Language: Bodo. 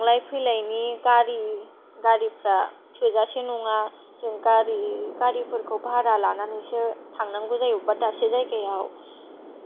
लोगोसे थांलाय फैलायनि गारि गारिफ्रा थोजासे नङा जों गारि गारिफोरखौ भारा लानानैसो थांनांगौ जायो अबेबा दाबसे जायगायाव